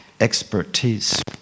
expertise